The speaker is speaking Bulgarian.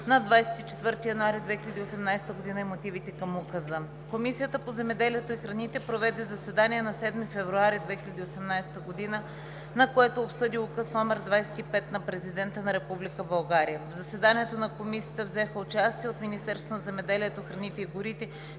на 24 януари 2018 г. и мотивите към Указа. Комисията по земеделието и храните проведе заседание на 7 февруари 2018 г., на което обсъди Указ № 25 на Президента на Република България. В заседанието на Комисията взеха участие: от Министерството на земеделието, храните и горите: